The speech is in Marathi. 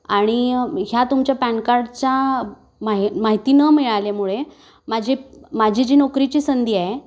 आणि ह्या तुमच्या पॅन कार्डच्या माहि माहिती न मिळाल्यामुळे माझी माझी जी नोकरीची संधी आहे